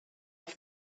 off